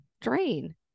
drain